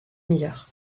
miller